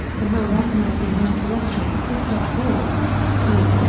the role ultimately went to austrian christoph waltz, who,